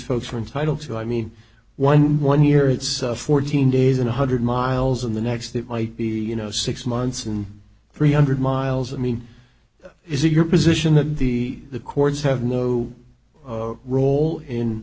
folks from title two i mean one one year it's fourteen days and a hundred miles and the next it might be you know six months and three hundred miles i mean is it your position that the the courts have no role in